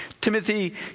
Timothy